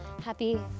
happy